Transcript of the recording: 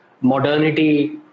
modernity